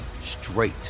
straight